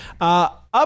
up